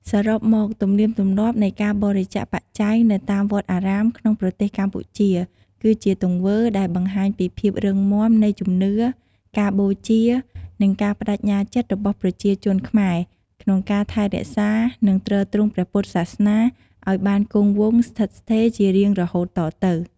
សរុបមក ទំនៀមទម្លាប់នៃការបរិច្ចាគបច្ច័យនៅតាមវត្តអារាមក្នុងប្រទេសកម្ពុជា គឺជាទង្វើដែលបង្ហាញពីភាពរឹងមាំនៃជំនឿ ការបូជា និងការប្តេជ្ញាចិត្តរបស់ប្រជាជនខ្មែរក្នុងការថែរក្សា និងទ្រទ្រង់ព្រះពុទ្ធសាសនាឱ្យបានគង់វង្សស្ថិតស្ថេរជារៀងរហូតតទៅ។